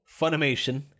Funimation